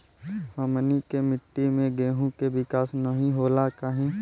हमनी के मिट्टी में गेहूँ के विकास नहीं होला काहे?